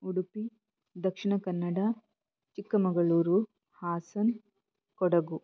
Udupi Dakshina Kannada Chikkamagaluru Hassan Kodagu